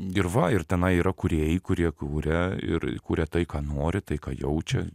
ir va ir tenai yra kūrėjai kurie kūrė ir kuria tai ką nori tai ką jaučia